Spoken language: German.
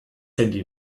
handy